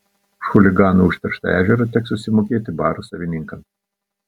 už chuliganų užterštą ežerą teks susimokėti baro savininkams